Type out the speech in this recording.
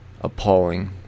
appalling